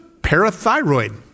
parathyroid